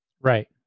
Right